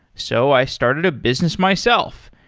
so, i started a business myself,